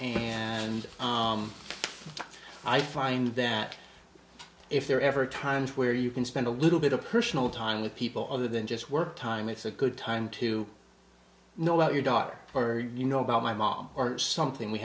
and i find that if there ever a time where you can spend a little bit of personal time with people other than just work time it's a good time to know about your daughter or you know about my mom or something we